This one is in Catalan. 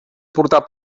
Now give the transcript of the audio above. portar